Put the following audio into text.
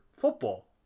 football